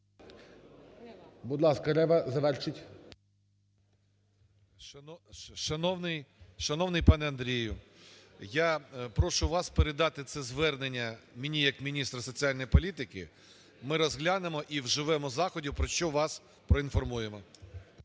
Шановний пане Андрію, я прошу вас передати це звернення мені як міністру соціальної політики. Ми розглянемо і вживемо заходів про що вас проінформуємо.